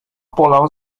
pola